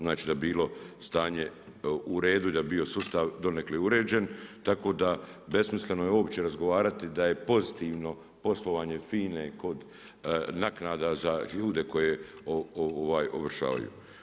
Znači da bi bilo stanje u redu i da bi bio sustav donekle uređen, tako da besmisleno je uopće razgovarati da je pozitivno poslovanje FINA-e kod naknada za ljude koje ovršavaju.